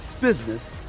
business